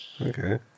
Okay